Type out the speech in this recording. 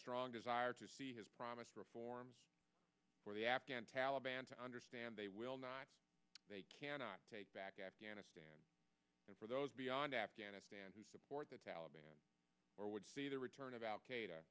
strong desire to see his promise reforms for the afghan taliban to understand they will not they cannot take back afghanistan and for those beyond afghanistan who support the taliban or would see the return